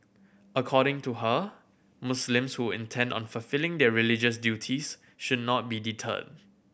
according to her Muslims who intend on fulfilling their religious duties should not be deterred